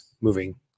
moving